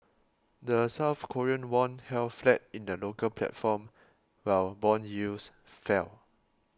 the South Korean won held flat in the local platform while bond yields fell